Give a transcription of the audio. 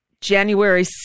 January